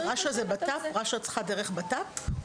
רש"א צריכה דרך המשרד לביטחון פנים?